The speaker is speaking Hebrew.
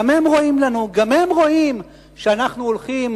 גם הם רואים לנו, גם הם רואים שאנחנו הולכים